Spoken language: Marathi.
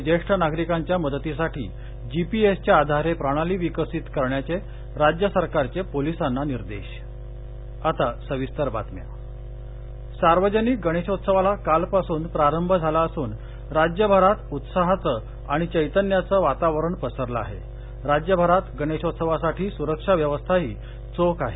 ज्येष्ठ नागरिकांच्या मदतीसाठी जीपीएसच्या आधारे प्रणाली विकसित करण्याचे राज्य सरकारचे पोलिसांना निर्देश व्हॉईसकास्ट गणेशोत्सव सार्वजनिक गणेशोत्सवाला कालपासून प्रारभ झाला असून राज्यभरात उत्साहाचं आणि चैतन्याचं वातावरण पसरलं आहे राज्यभरात गणेशोत्सवासाठी सुरक्षा व्यवस्थाही चोख आहे